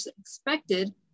expected